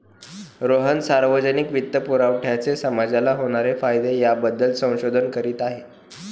रोहन सार्वजनिक वित्तपुरवठ्याचे समाजाला होणारे फायदे याबद्दल संशोधन करीत आहे